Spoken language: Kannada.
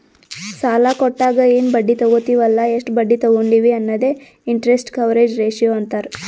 ಸಾಲಾ ಕೊಟ್ಟಾಗ ಎನ್ ಬಡ್ಡಿ ತಗೋತ್ತಿವ್ ಅಲ್ಲ ಎಷ್ಟ ಬಡ್ಡಿ ತಗೊಂಡಿವಿ ಅನ್ನದೆ ಇಂಟರೆಸ್ಟ್ ಕವರೇಜ್ ರೇಶಿಯೋ ಅಂತಾರ್